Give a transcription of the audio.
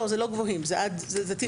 לא, זה לא גבוהים, זה תיכון בדרך כלל.